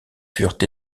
furent